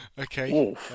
Okay